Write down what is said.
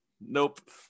Nope